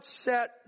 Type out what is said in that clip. set